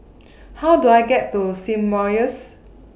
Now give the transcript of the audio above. How Do I get to Symbiosis